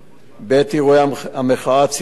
בעת אירועי המחאה הציבורית,